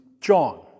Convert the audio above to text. John